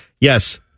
yes